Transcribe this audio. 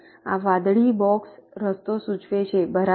આ વાદળી બોક્સ રસ્તો સૂચવે છેબરાબર